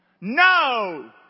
No